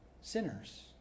sinners